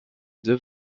deux